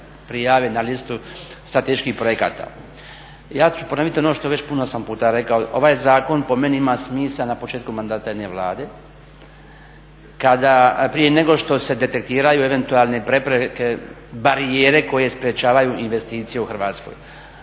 prijave na listu strateških projekata. Ja ću ponoviti ono što već puno sam puta rekao, ovaj zakon po meni ima smisla na početku mandata jedne Vlade kada prije nego što se detektiraju eventualne prepreke, barijere koje sprečavaju investicije u Hrvatskoj.